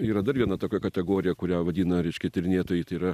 yra dar viena tokia kategorija kurią vadina reiškia tyrinėtojai tai yra